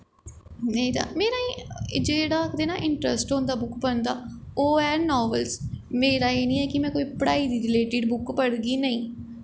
नेईं तां मेरा इयां जेह्ड़ा आखदे ना इंट्रस्ट होंदा बुक पढ़न दा ओह् ऐ नॉव्लस मेरा एह् निं ऐ कि में कोई पढ़ाई दे रिलेटिड बुक पढ़गी नेईंं